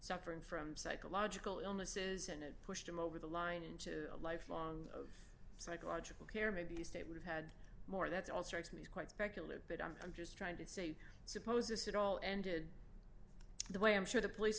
suffering from psychological illnesses and it pushed him over the line into a life long of psychological care maybe the state would have had more that's all strikes me as quite speculative but i'm just trying to say suppose this it all ended the way i'm sure the police